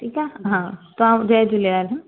ठीकु आहे हा तव्हां जय झूलेलाल हा